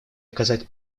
оказать